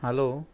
hello